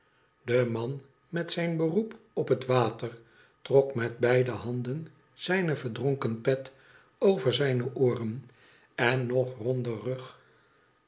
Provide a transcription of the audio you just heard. de man met zijn beroep op het water trok met beide handen zijne verdronken pet over zijne ooren en nog ronder rug